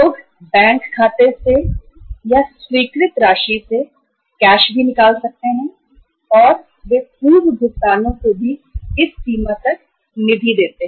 लोग बैंक खाते से कैश भी निकाल सकते हैं या यह संभव है कि वे स्वीकृत राशि और पूर्व भुगतानों को भी इस सीमा तक निधि देते हैं